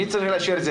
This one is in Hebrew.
מי צריך לאשר את זה,